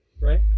Right